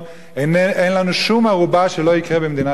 אין לנו שום ערובה שלא יקרה במדינת ישראל.